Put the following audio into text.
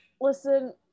Listen